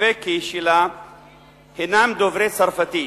הקוויבקי שלה הינם דוברי צרפתית,